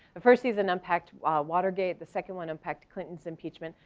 the first season unpacked watergate, the second one unpacked clinton's impeachment,